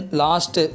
last